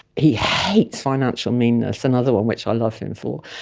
he hates financial meanness, another one which i love him for.